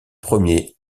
premier